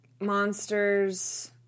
Monsters